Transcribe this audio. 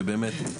שבאמת,